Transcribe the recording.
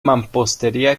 mampostería